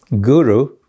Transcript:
guru